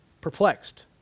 perplexed